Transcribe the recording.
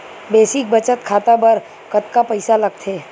Basic बचत खाता बर कतका पईसा लगथे?